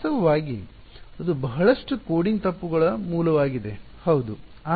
ವಾಸ್ತವವಾಗಿ ಅದು ಬಹಳಷ್ಟು ಕೋಡಿಂಗ್ ತಪ್ಪುಗಳ ಮೂಲವಾಗಿದೆ ಹೌದು